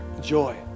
joy